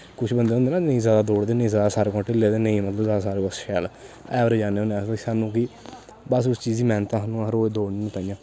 कुछ बंदे होंदे ना नेईं जादा दौड़दे नेईं जादा सारें कोला ढिल्ले ते नेईं मतलब जादा सारें कोला शैल ऐवरेज़ च आन्ने होन्ने अस सानूं कि बस उस चीज़ दी मैहनत ऐ सानूं रोज़ दौड़ने ताइयें